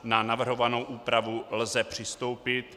Na navrhovanou úpravu lze přistoupit.